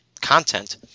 content